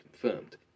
confirmed